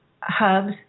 hubs